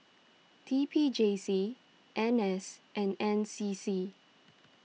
T P J C N S and N C C